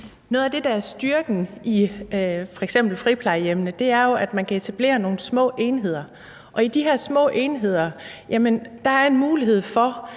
Noget af det, der er styrken i f.eks. friplejehjemmene, er, at man kan etablere nogle små enheder, og i de her små enheder er der en mulighed for,